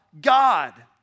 God